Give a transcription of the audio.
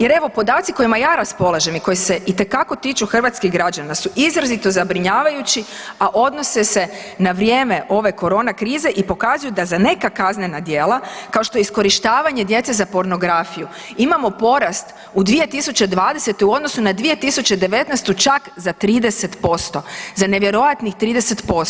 Jer evo podaci kojima ja raspolažem i koji se itekako tiču hrvatskih građana su izrazito zabrinjavajući, a odnose se na vrijeme ove korona krize i pokazuju da za neka kaznena djela kao što je iskorištavanje djece za pornografiju imamo porast u 2020. u odnosu na 2019. čak za 30%, za nevjerojatnih 30%